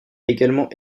également